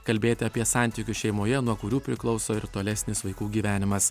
kalbėti apie santykius šeimoje nuo kurių priklauso ir tolesnis vaikų gyvenimas